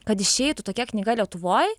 kad išeitų tokia knyga lietuvoj